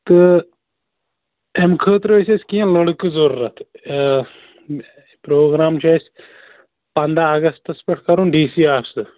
تہٕ اَمہِ خٲطرٕ ٲسۍ اَسہِ کیٚنٛہہ لٔڑکہٕ ضوٚرَتھ یہِ پروگرام چھُ اَسہِ پنٛداہ اَگستَس پٮ۪ٹھ کَرُن ڈی سی آفسہٕ